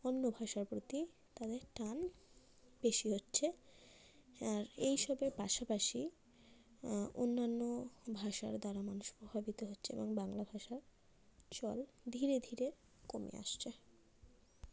অন্য ভাষার প্রতি তাদের টান বেশি হচ্ছে আর এইসবের পাশাপাশি অন্যান্য ভাষার দ্বারা মানুষ প্রভাবিত হচ্ছে এবং বাংলা ভাষার চল ধীরে ধীরে কমে আসছে